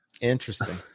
Interesting